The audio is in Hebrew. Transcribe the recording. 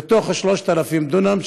ל-3,000 דונם,